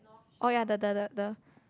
oh ya the the the the